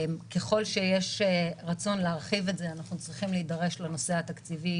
ככל שיש רצון להרחיב את זה אנחנו צריכים להידרש לנושא התקציבי,